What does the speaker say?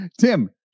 Tim